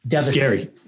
scary